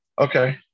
okay